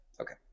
okay